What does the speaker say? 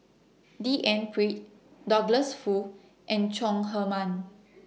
D N Pritt Douglas Foo and Chong Heman